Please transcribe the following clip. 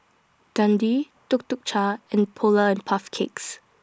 Dundee Tuk Tuk Cha and Polar and Puff Cakes